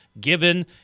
given